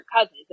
Cousins